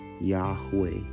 Yahweh